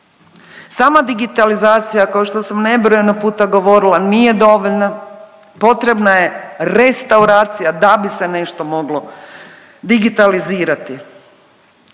Sama digitalizacija kao što sam nebrojeno puta govorila, nije dovoljna. Potrebna je restauracija da bi se nešto moglo digitalizirati.